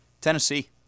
Tennessee